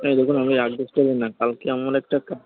এই দেখুন আমি রাগ না কালকে এমন একটা কা